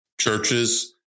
Churches